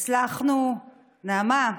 נעמה,